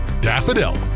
Daffodil